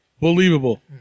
believable